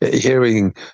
hearing